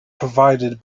provided